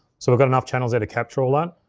so we've got enough channels there to capture all that.